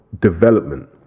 development